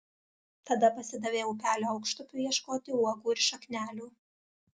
tada pasidavė upelio aukštupiu ieškoti uogų ir šaknelių